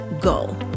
go